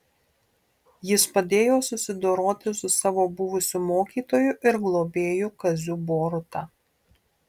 jis padėjo susidoroti su savo buvusiu mokytoju ir globėju kaziu boruta